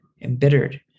embittered